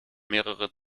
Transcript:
mehrere